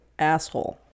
asshole